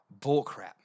bullcrap